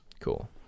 Cool